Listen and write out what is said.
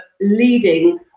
leading